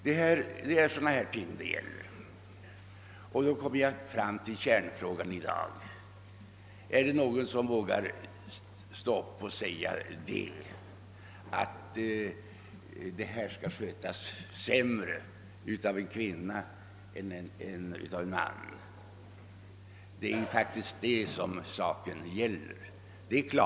Därmed är jag framme vid dagens kärnfråga. Är det någon som vågar stå upp och säga att en kvinna sköter dessa uppgifter sämre än en man? Det är faktiskt detta saken gäller.